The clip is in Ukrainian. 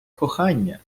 кохання